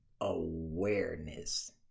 awareness